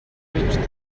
reached